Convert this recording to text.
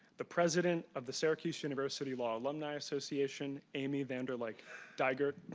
the president of the syracuse university law alumni association, amy vanderlyke dygert.